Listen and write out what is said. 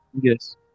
Yes